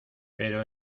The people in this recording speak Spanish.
pero